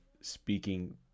speaking